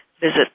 visit